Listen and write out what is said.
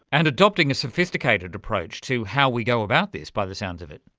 and adopting a sophisticated approach to how we go about this, by the sounds of it.